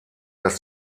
das